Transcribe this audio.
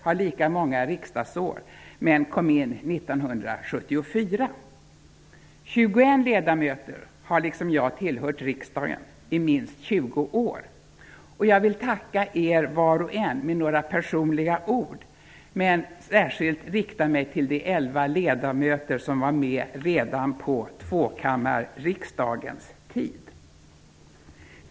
Så många som 21 ledamöter har, liksom jag, tillhört riksdagen i minst 20 år. Jag vill tacka er, var och en, med några personliga ord men särskilt rikta mig till de elva ledamöter som var med redan på tvåkammarriksdagens tid.